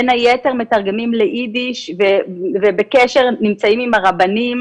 בין היתר מתרגמים לאידיש ונמצאים בקשר עם הרבנים